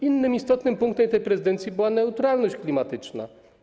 Innym istotnym punktem tej prezydencji była neutralność klimatyczna.